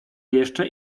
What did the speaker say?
jeszcze